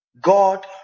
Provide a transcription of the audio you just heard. God